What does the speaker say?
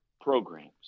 programs